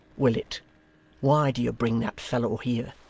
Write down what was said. willet, why do you bring that fellow here